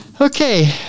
Okay